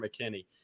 McKinney